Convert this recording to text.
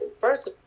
First